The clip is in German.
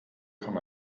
kam